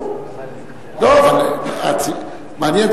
אז מעניין.